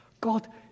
God